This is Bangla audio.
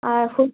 আর হো